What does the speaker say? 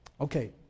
Okay